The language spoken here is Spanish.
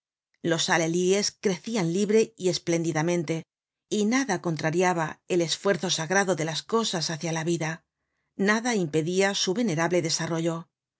los alelíes crecian libre y espléndidamente y nada contrariaba el esfuerzo sagrado de las cosas hácia la vida nada impedia su venerable desarrollo